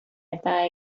eta